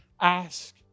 ask